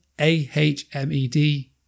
A-H-M-E-D